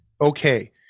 okay